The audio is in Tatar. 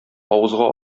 авызга